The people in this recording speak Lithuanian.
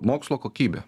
mokslo kokybė